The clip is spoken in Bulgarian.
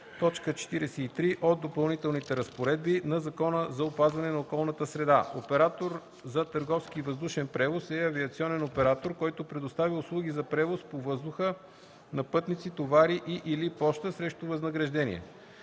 1, т. 43 от Допълнителните разпоредби на Закона за опазване на околната среда. 39. „Оператор за търговски въздушен превоз” е авиационен оператор, който предоставя услуги за превоз по въздуха на пътници, товари и/или поща срещу възнаграждение.